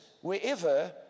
wherever